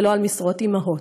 ולא על "משרות אימהות",